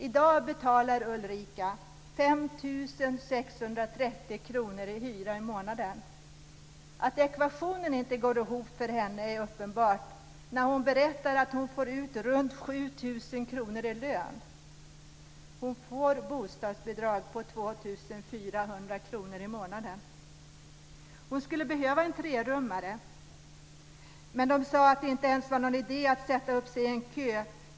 I dag betalar Ulrika 5 630 kr i hyra i månaden. Att ekvationen inte går ihop för henne är uppenbart när hon berättar att hon får ut runt 7 000 kr i lön. Hon får bostadsbidrag på 2 400 kr i månaden. Hon skulle behöva en trerummare. "Men de sade att det inte ens var idé att sätta upp sig i en kö.